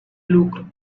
lucro